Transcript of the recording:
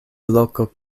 loko